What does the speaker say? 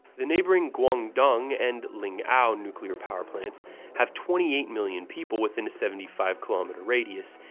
the neighboring guangdong and ling ao nuclear power plants have twenty eight million people within a seventy five kilometer radius,